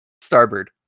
starboard